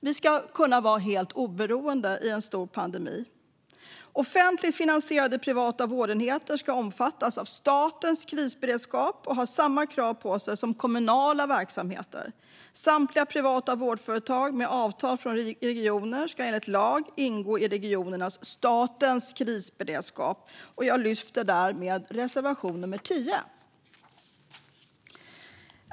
Vi ska kunna vara helt oberoende i en stor pandemi. Offentligt finansierade privata vårdenheter ska omfattas av statens krisberedskap och ha samma krav på sig som kommunala verksamheter. Samtliga privata vårdföretag med avtal från regioner ska enligt lag ingå i regionernas och statens krisberedskap. Jag yrkar därmed bifall till reservation 10. Fru talman!